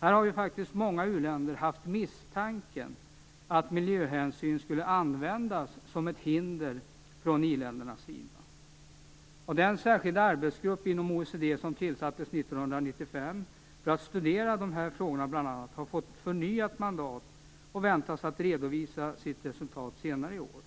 Här har faktiskt många u-länder haft misstanken att miljöhänsynen skulle användas som ett hinder från i-ländernas sida. Den särskilda arbetsgrupp inom OECD som tillsattes 1995 för att studera bl.a. de här frågorna har fått ett förnyat mandat och väntas redovisa sitt resultat senare i år.